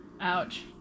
Ouch